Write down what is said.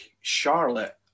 Charlotte